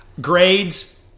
Grades